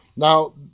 Now